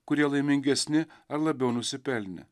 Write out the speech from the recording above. kurie laimingesni ar labiau nusipelnę